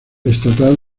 estatal